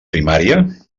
primària